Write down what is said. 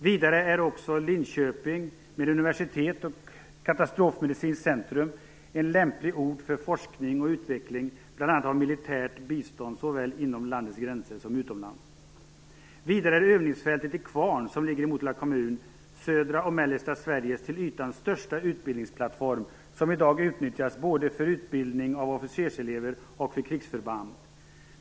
Vidare är Linköping med universitet och katastrofmedicinskt centrum en lämplig ort för forskning och utveckling bl.a. av militärt bistånd såväl inom landets gränser och utomlands. Vidare är övningsfältet i Kvarn, som ligger i Motala kommun, södra och mellersta Sveriges till ytan största utbildningsplattform som i dag utnyttjas för utbildning av officerselever och krigsförband.